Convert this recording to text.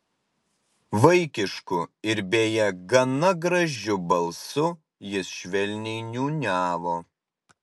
vaikišku ir beje gana gražiu balsu jis švelniai niūniavo